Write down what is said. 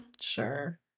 Sure